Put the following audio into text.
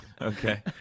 Okay